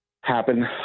happen